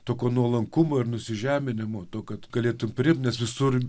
tokio nuolankumo ir nusižeminimo kad galėtum priimt nes visur